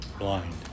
Blind